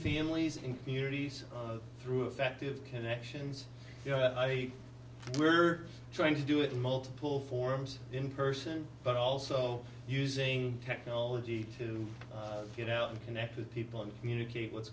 families in communities through effective connections we're trying to do it in multiple forums in person but also using technology to get out and connect with people and communicate what's